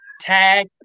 tag